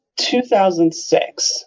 2006